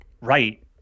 right